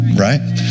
right